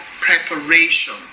preparation